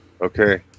okay